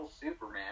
superman